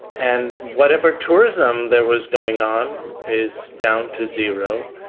and whatever tourism there was going on is down to zero.